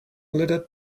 little